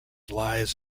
lies